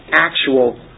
actual